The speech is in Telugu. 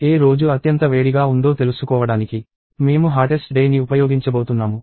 ఏ రోజు అత్యంత వేడిగా ఉందో తెలుసుకోవడానికి మేము హాటెస్ట్ డే ని ఉపయోగించబోతున్నాము